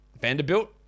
Vanderbilt